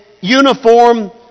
uniform